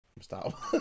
Stop